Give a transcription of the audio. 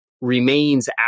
remains